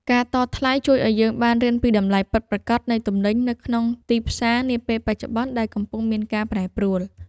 ការតថ្លៃជួយឱ្យយើងបានរៀនពីតម្លៃពិតប្រាកដនៃទំនិញនៅក្នុងទីផ្សារនាពេលបច្ចុប្បន្នដែលកំពុងមានការប្រែប្រួល។